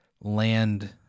land